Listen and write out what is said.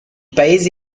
paese